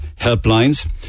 helplines